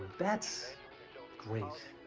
that's so great.